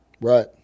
right